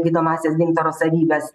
gydomąsias gintaro savybes